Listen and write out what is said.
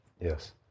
yes